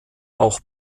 auch